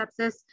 sepsis